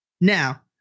now